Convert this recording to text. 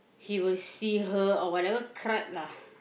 he will see her or whatever crap lah